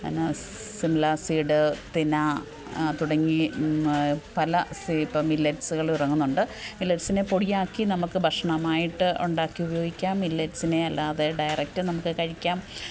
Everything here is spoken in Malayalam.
എന്നാ സിംലാ സീഡ് പിന്നെ തുടങ്ങി പല സീഡ് മില്ലറ്റ്സുകൾ ഇപ്പോൾ ഇറങ്ങുന്നുണ്ട് മില്ലറ്റ്സിനെ പൊടിയാക്കി നമുക്ക് ഭക്ഷണമായിട്ട് ഉണ്ടാക്കി ഉപയോഗിക്കാം മില്ലറ്റ്സിനെ അല്ലാതെ ഡയറക്ട് നമുക്ക് കഴിക്കാം